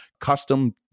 custom